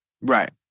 Right